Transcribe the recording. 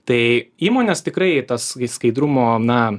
tai įmonės tikrai tas skaidrumo na